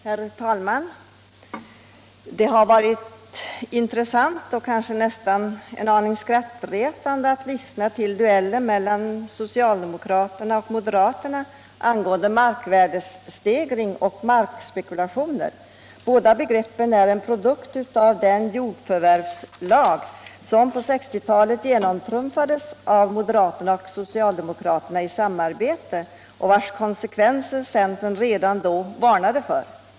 Herr talman! Det har varit intressant att lyssna till duellen mellan socialdemokraterna och moderaterna angående markvärdestegring och markspekulationer. Båda begreppen är en produkt av den jordförvärvslag som på 1960-talet genomtrumfades av moderaterna och socialdemokraterna i samarbete och vars konsekvenser centern redan då varnade för.